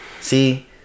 See